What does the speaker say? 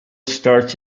starts